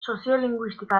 soziolinguistika